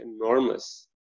enormous